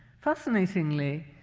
fascinatingly,